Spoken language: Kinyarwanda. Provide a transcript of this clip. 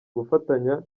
gufatanya